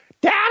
Dad